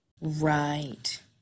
right